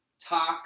Talk